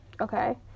Okay